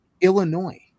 Illinois